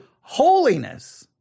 holiness